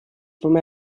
from